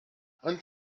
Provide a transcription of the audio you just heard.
ant